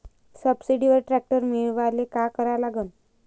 सबसिडीवर ट्रॅक्टर मिळवायले का करा लागन?